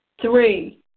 Three